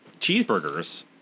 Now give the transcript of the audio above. Cheeseburgers